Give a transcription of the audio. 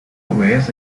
ways